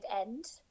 end